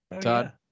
Todd